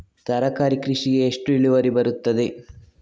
ತರಕಾರಿ ಕೃಷಿಗೆ ಎಷ್ಟು ಇಳುವರಿ ಬರುತ್ತದೆ?